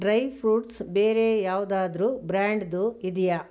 dry fruits ಬೇರೆ ಯಾವುದಾದ್ರೂ ಬ್ರ್ಯಾಂಡ್ದು ಇದೆಯಾ